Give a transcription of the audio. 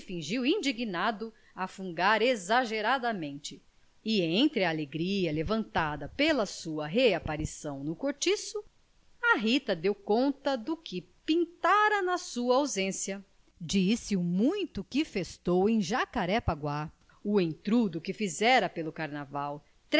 fingiu indignado a fungar exageradamente e entre a alegria levantada pela sua reaparição no cortiço a rita deu conta de que pintara na sua ausência disse o muito que festou em jacarepaguá o entrudo que fizera pelo carnaval